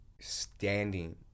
standing